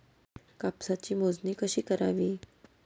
कापसाची मोजणी कशी करावी?